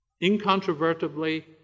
Incontrovertibly